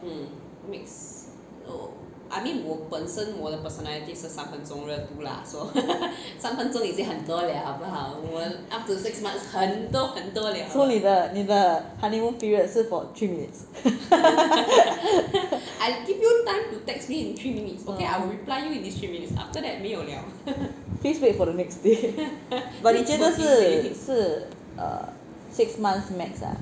so 你的你的 honeymoon period 是 for three minutes please wait for the next day but 觉得是是 err six months max ah